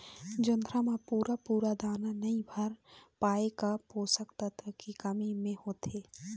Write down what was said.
जोंधरा म पूरा पूरा दाना नई भर पाए का का पोषक तत्व के कमी मे होथे?